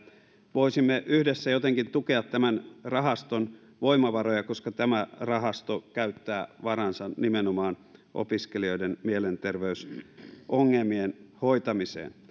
voisimme yhdessä jotenkin tukea tämän rahaston voimavaroja koska tämä rahasto käyttää varansa nimenomaan opiskelijoiden mielenterveysongelmien hoitamiseen